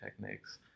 techniques